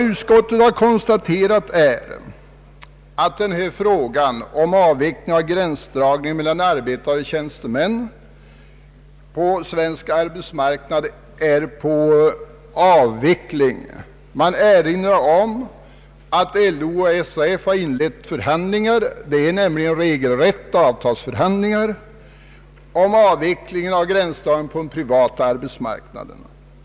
Utskottet har konstaterat att gränsdragningen mellan arbetare och tjänstemän inom svensk arbetsmarknad är under avveckling. Man erinrar om att LO och SAF inlett förhandlingar — det är nämligen regelrätta avtalsförhandlingar — om avveckling av gränsdragningen på den privata arbetsmarknaden.